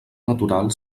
natural